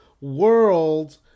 world